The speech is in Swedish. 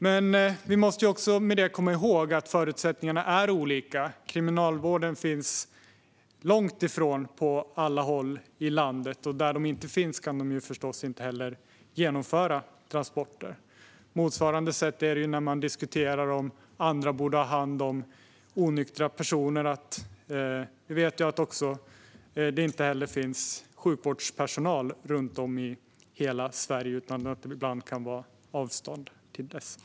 Men vi måste också komma ihåg att förutsättningarna är olika. Kriminalvården finns långt ifrån på alla håll i landet. Och där de inte finns kan de förstås inte heller genomföra transporter. På motsvarande sätt är det när man diskuterar om andra borde ha hand om onyktra personer. Vi vet också att det inte heller finns sjukvårdspersonal runt om i hela Sverige, utan att det ibland är ett visst avstånd till sådan.